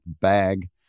bag